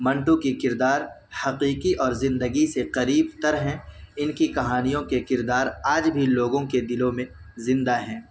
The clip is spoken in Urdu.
منٹو کے کردار حقیقی اور زندگی سے قریب تر ہیں ان کی کہانیوں کے کردار آج بھی لوگوں کے دلوں میں زندہ ہیں